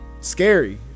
scary